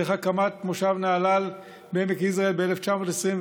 דרך הקמת מושב נהלל בעמק יזרעאל ב-1921,